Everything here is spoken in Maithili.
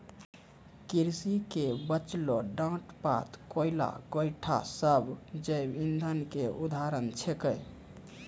कृषि के बचलो डांट पात, कोयला, गोयठा सब जैव इंधन के उदाहरण छेकै